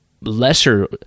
lesser